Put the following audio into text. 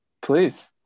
Please